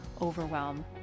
overwhelm